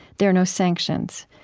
there are no sanctions.